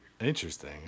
interesting